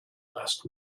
last